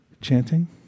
Chanting